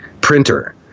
printer